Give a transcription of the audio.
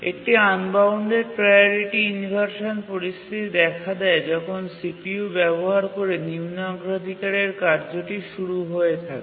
একটি unbounded priority inversion পরিস্থিতি দেখা দেয় যখন CPU ব্যবহার করে নিম্ন অগ্রাধিকারের কার্যটি শুরু হয়ে থাকে